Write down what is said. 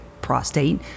prostate